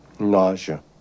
Nausea